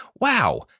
Wow